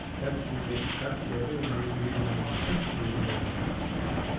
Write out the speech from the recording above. that's when they got together and they agreed on a consent decree that broke up the the company.